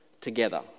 together